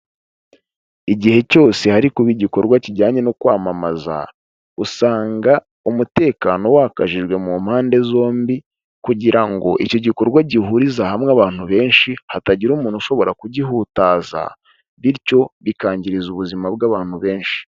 Igihe cyose hari kuba igikorwa kijyanye no kwamamaza usanga umutekano wakajijwe mu mpande zombi kugira ngo icyo gikorwa gihuze hamwe abantu benshi hatagira umuntu ushobora kugihutaza bityo bikangiza ubuzima bw'abantu benshi.